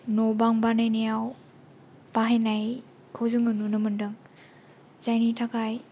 न' बां बानायनायाव बाहायनायखौ जोङो नुनो मोनदों जायनि थाखाय